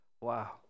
Wow